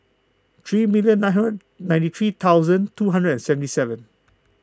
three million ninety three thousands two hundred and seventy seven